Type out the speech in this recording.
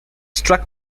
struck